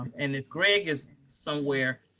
and if greg is somewhere,